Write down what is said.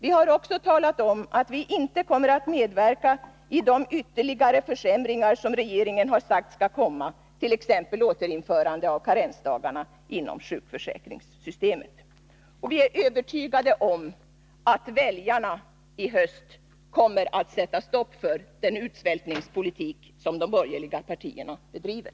Vi har också talat om att vi inte kommer att medverka i de ytterligare försämringar som regeringen har sagt skall komma, t.ex. återinförande av karensdagarna inom sjukförsäkringssystemet. Vi är övertygade om att väljarna i höst kommer att sätta stopp för den utsvältningspolitik som de borgerliga partierna bedriver.